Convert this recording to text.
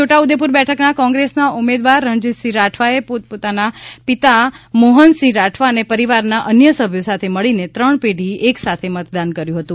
છોટા ઉદેપુર બેઠકના કોંગ્રેસના ઉમેદવાર રણજીતસિંહ રાઠવાએ પોતાના પિતા મોહનસિંહ રાઠવા અને પરિવારના અન્ય સભ્યો સાથે મળીને ત્રણ પેઢીએ એક સાથે મતદાન કર્યું હતું